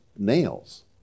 nails